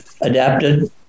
adapted